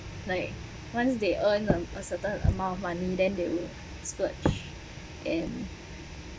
like once they earn a a certain amount of money then they will splurge and